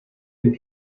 dem